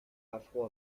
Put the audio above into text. afro